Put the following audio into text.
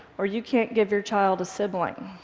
or you can't give your child a sibling.